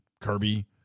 Kirby